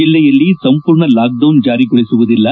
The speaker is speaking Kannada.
ಜಿಲ್ಲೆಯಲ್ಲಿ ಸಂಪೂರ್ಣ ಲಾಕ್ಡೌನ್ ಜಾರಿಗೊಳಿಸುವುದಿಲ್ಲ